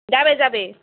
যাবে যাবে